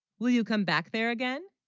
will you come back there again